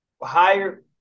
Higher